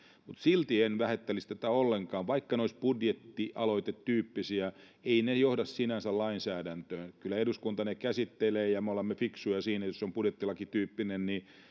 silti vähättelisi tätä ollenkaan vaikka ne olisivat budjettialoitetyyppisiä eivät ne johda sinänsä lainsäädäntöön kyllä eduskunta ne käsittelee ja me olemme fiksuja siinä että jos se on budjettilakityyppinen